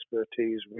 expertise